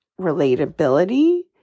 relatability